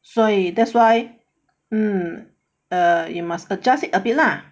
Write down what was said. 所以 that's why mm err you must adjust a bit lah